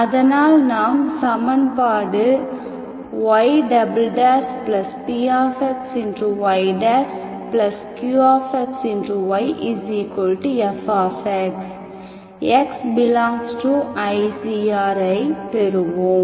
அதனால் நாம் சமன்பாடு ypxyqxyfx x∈I C R ஐ பெறுவோம்